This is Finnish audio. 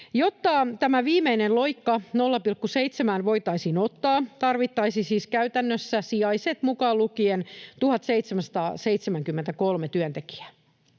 Jotta tämä viimeinen loikka 0,7:ään voitaisiin ottaa, tarvittaisiin siis käytännössä, sijaiset mukaan lukien, 1 773 työntekijää,